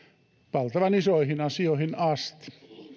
valtavan isoihin asioihin asti